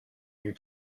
your